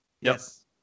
Yes